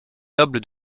noble